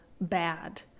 bad